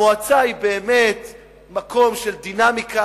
המועצה היא באמת מקום של דינמיקה,